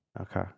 Okay